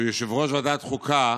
שהוא יושב-ראש ועדת החוקה,